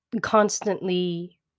constantly